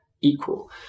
equal